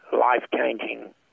life-changing